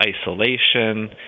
isolation